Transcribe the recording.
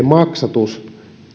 maksatus